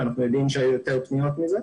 ואנחנו יודעים שהיו יותר פניות מזה.